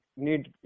need